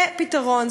זה פתרון,